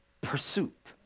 pursuit